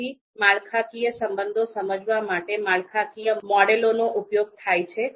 તેથી માળખાકીય સંબંધો સમજવા માટે માળખાકીય મોડેલોનો ઉપયોગ થાય છે